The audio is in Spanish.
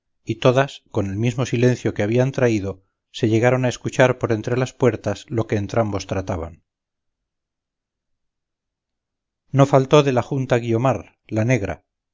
y todas con el mismo silencio que habían traído se llegaron a escuchar por entre las puertas lo que entrambos trataban no faltó de la junta guiomar la negra